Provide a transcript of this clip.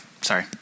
Sorry